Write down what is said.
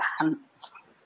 pants